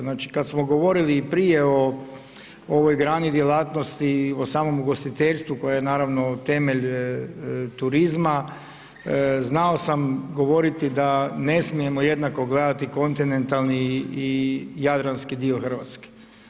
Znači, kad smo govorili i prije o ovoj grani djelatnosti i o samom ugostiteljstvu koje je naravno temelj turizma, znao sam govoriti da ne smijemo jednako gledati kontinentalni i jadranski dio Hrvatske.